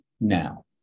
Now